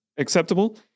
Acceptable